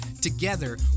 Together